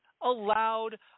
allowed